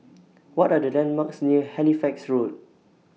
What Are The landmarks near Halifax Road